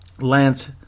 Lance